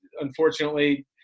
unfortunately